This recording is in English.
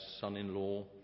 son-in-law